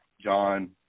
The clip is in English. John